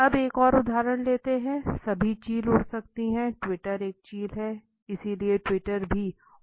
अब एक और उदाहरण लेते हैं सभी चील उड़ सकते हैं ट्वीटी एक चील है इसलिए ट्वीटी भी उड़ सकती